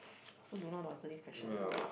I also don't know how to answer this question eh